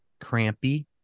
crampy